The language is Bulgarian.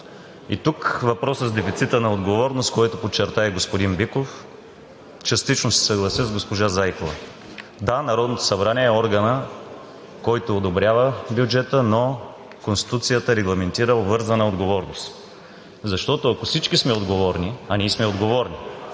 Тук въпросът е с дефицита на отговорност, което подчерта и господин Биков, и частично ще се съглася и с госпожа Зайкова. Да, Народното събрание е органът, който одобрява бюджета, но Конституцията регламентира обвързана отговорност, защото, ако всички сме отговорни, а ние сме отговорни